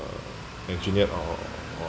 engineered or or or